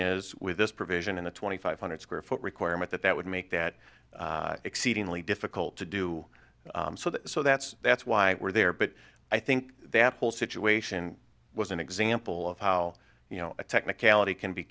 is with this provision in the twenty five hundred square foot requirement that that would make that exceedingly difficult to do so that's that's why we're there but i think that whole situation was an example of how you know a technicality can be